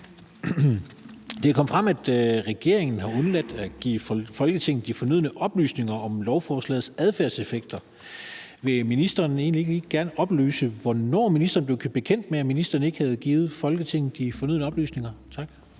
Det er kommet frem, at regeringen har undladt at give Folketinget de fornødne oplysninger om lovforslagets adfærdseffekter. Vil ministeren egentlig ikke gerne lige oplyse, hvornår ministeren blev bekendt med, at hun ikke havde givet Folketinget de fornødne oplysninger? Tak.